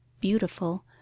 beautiful